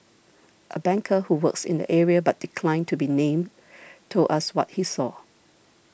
a banker who works in the area but declined to be named told us what he saw